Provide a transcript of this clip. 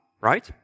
right